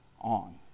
on